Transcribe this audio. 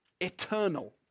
eternal